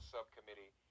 Subcommittee